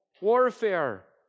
warfare